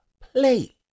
play